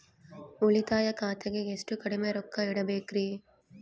ಉಳಿತಾಯ ಖಾತೆಗೆ ಎಷ್ಟು ಕಡಿಮೆ ರೊಕ್ಕ ಇಡಬೇಕರಿ?